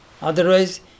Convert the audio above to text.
Otherwise